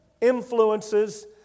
influences